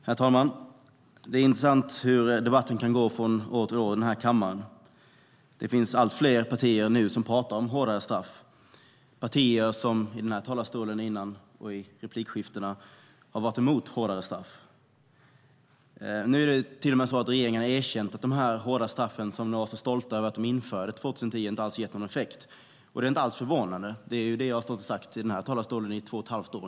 Herr talman! Det är intressant hur debatten kan gå från år till år i den här kammaren. Allt fler partiföreträdare talar nu om hårdare straff, partiföreträdare som i denna talarstol och i replikskiftena varit emot hårdare straff. Nu har till och med regeringen erkänt att de hårda straffen som man var så stolt över när de infördes 2010 inte gett någon effekt. Det är inte alls förvånande. Det har jag stått och sagt i den här talarstolen i ungefär två och ett halvt år.